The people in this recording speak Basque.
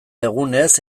egunez